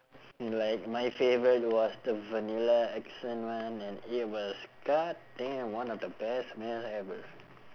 like my favourite was the vanilla essence one and it was god damn one of the best smell ever